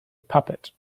puppet